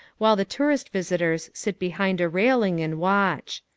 while the tourist visitors sit behind a railing and watch.